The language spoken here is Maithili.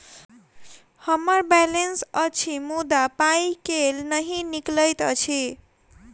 हम्मर बैलेंस अछि मुदा पाई केल नहि निकलैत अछि?